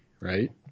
right